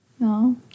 no